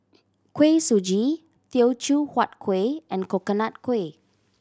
Kuih Suji Teochew Huat Kuih and Coconut Kuih